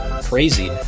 crazy